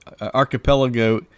archipelago